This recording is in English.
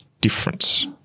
difference